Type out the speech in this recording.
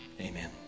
Amen